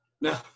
No